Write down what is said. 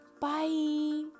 bye